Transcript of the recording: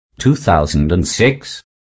2006